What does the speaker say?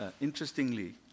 Interestingly